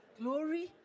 Glory